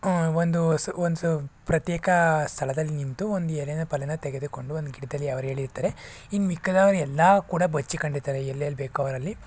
ಒಂದು ಸು ಒಂದು ಸು ಪ್ರತ್ಯೇಕ ಸ್ಥಳದಲ್ಲಿ ನಿಂತು ಒಂದು ಎಲೆನೋ ಪಲೆನೋ ತೆಗೆದುಕೊಂಡು ಒಂದು ಗಿಡದಲ್ಲಿ ಅವ್ರೇಳಿರ್ತಾರೆ ಇನ್ನು ಮಿಕ್ಕಿದವರು ಎಲ್ಲರೂ ಕೂಡ ಬಚ್ಚಿಟ್ಕೊಂಡಿರ್ತಾರೆ ಎಲ್ಲೆಲ್ಲಿ ಬೇಕೋ ಅಲ್ಲಲ್ಲಿ